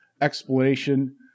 explanation